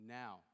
now